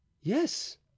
Yes